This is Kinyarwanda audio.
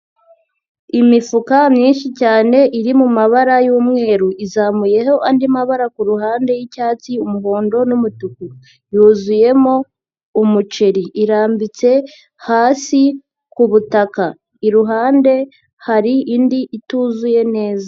Imifuka myinshi cyane iri mumabara y'umweru, izamuyeho andi mabara ku ruhande y'icyatsi, umuhondo n'umutuku, yuzuyemo umuceri, irambitse hasi ku butaka, iruhande hari indi ituzuye neza.